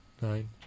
nine